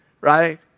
right